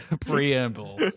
preamble